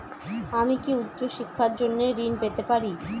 আমি কি উচ্চ শিক্ষার জন্য ঋণ পেতে পারি?